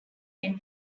men